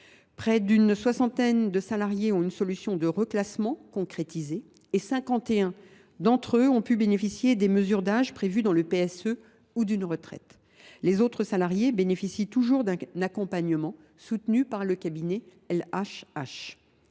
près d’une soixantaine de salariés ont une solution de reclassement concrétisée, et 51 d’entre eux ont pu bénéficier des mesures d’âge prévues dans le PSE ou d’une retraite. Les autres salariés bénéficient toujours d’un accompagnement soutenu par le cabinet LHH.